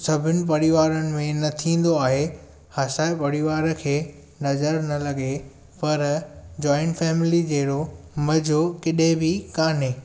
सभिनि परिवारनि में न थींदो आहे असांजे परिवार खे नज़र न लगे पर जॉइंट फैमिली जेहिड़ो मज़ो किथे बि कान्हे